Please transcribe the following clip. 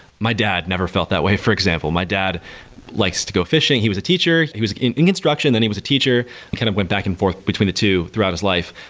my dad never felt that way. for example, my dad likes to go fishing. he was a teacher. he was in in construction, then he was a teacher and kind of went back and forth between the two throughout his life,